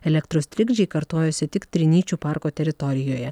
elektros trikdžiai kartojasi tik trinyčių parko teritorijoje